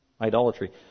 idolatry